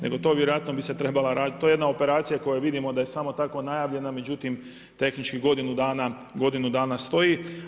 Nego to vjerojatno bi se trebala raditi, to je jedna operacija koju vidimo da je samo tako najavljena međutim, tehnički godinu dana stoji.